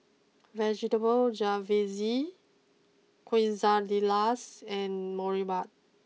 Vegetable Jalfrezi Quesadillas and Boribap